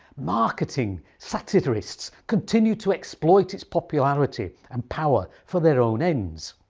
marketing, satirists continue to exploit its popularity and power for their own ends.